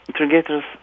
interrogators